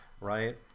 right